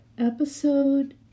Episode